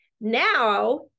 Now